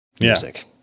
music